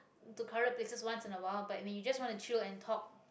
to crowded places once in awhile but I mean you just want to chill and talk